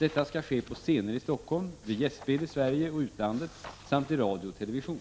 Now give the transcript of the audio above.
Detta skall ske på scener i Helsingfors, vid gästspel i Sverige och utlandet samt i radio och television.